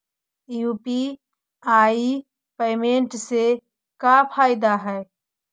UPI payment से का फायदा है?